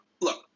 look